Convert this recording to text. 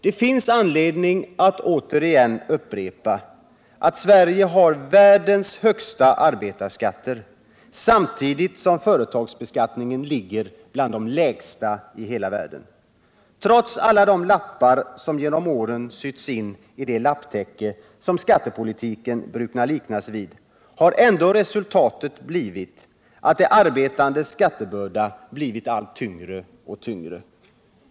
Det finns anledning att upprepa att Sverige har världens högsta arbetarskatter, samtidigt som företagsbeskattningen ligger på en nivå som är en av de lägsta i hela världen. Trots alla de lappar som genom åren sytts in i det lapptäcke som skattepolitiken brukar liknas vid har ändå resultatet blivit att de arbetandes skattebörda blivit allt tyngre.